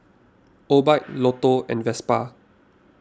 Obike Lotto and Vespa